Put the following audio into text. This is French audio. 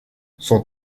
son